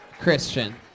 Christian